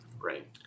Right